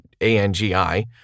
A-N-G-I